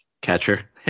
Catcher